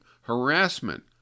Harassment